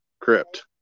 crypt